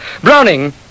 Browning